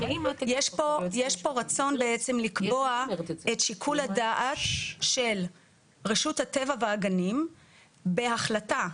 יש פה רצון בעצם לקבוע את שיקול הדעת של רשות הטבע והגנים בהחלטה,